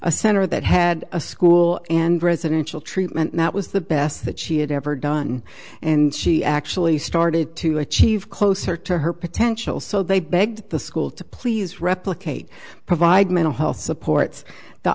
center that had a school and residential treatment that was the best that she had ever done and she actually started to achieve closer to her potential so they begged the school to please replicate provide mental health